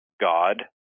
God